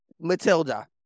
Matilda